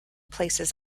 places